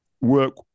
work